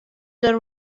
der